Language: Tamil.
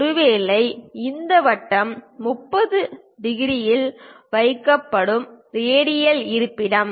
ஒருவேளை இந்த வட்டம் 30 டிகிரியில் வைக்கப்படும் ரேடியல் இருப்பிடம்